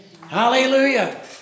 Hallelujah